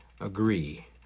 agree